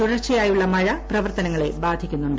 തുടർച്ചയായുള്ള മഴ പ്രവർത്തനങ്ങളെ ബാധിക്കുന്നുണ്ട്